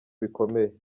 bikomeye